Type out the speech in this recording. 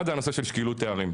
אחד, זה הנושא של שקילות תארים.